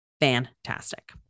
fantastic